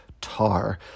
Tar